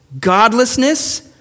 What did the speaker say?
Godlessness